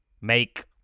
make